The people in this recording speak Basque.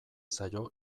zaio